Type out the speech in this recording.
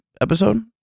episode